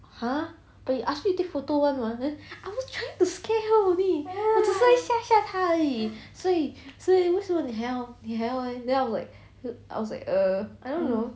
!huh! but you ask me take photo one mah then I was just trying to scare her only 我只是在吓吓他而已所以所以为什么你还要你还要 leh then I'm like I was like err I don't know